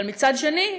אבל מצד שני,